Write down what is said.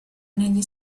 negli